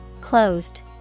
Closed